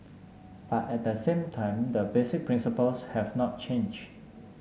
but at the same time the basic principles have not changed